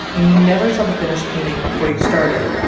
and you never saw the finished painting before you started.